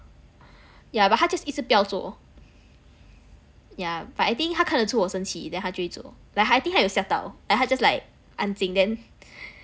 yeah but just 一直不要做 so yeah but I think 他看得出我生气 then 他他就会做 like I think 他有吓到 like 他 just like 安静 then